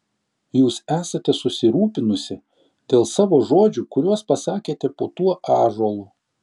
jūs esate susirūpinusi dėl savo žodžių kuriuos pasakėte po tuo ąžuolu